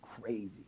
crazy